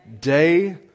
Day